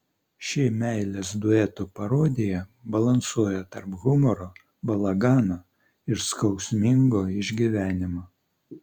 ši meilės dueto parodija balansuoja tarp humoro balagano ir skausmingo išgyvenimo